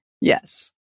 Yes